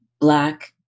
black